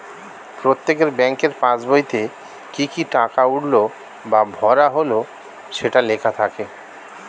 প্রত্যেকের ব্যাংকের পাসবইতে কি কি টাকা উঠলো বা ভরা হলো সেটা লেখা থাকে